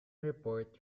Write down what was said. report